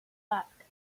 back